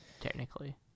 technically